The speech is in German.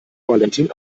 valentin